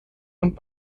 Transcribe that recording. und